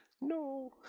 No